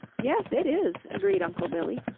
yes, it is, agreed uncle billy.